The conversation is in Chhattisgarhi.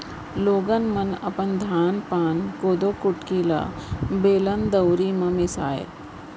लोगन मन अपन धान पान, कोदो कुटकी ल बेलन, दउंरी म मीसय